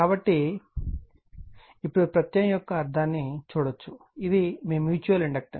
కాబట్టి ఇప్పుడు ప్రత్యయం యొక్క అర్ధాన్ని చూడవచ్చు ఇది మీ మ్యూచువల్ ఇండక్టెన్స్